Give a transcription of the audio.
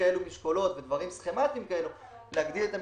כאלו משקולות ודברים סכמטיים להגדיל את המשקולת,